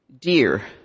dear